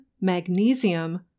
magnesium